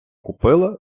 купила